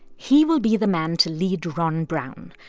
he will be the man to lead ron brown.